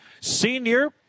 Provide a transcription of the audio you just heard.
senior